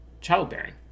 childbearing